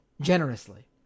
generously